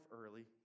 early